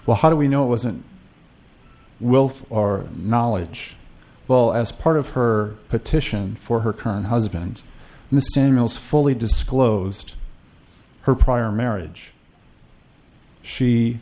well how do we know it wasn't willful or knowledge well as part of her petition for her current husband mysterious fully disclosed her prior marriage she